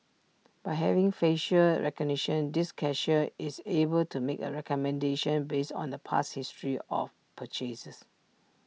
by having facial recognition this cashier is able to make A recommendation based on the past history of purchases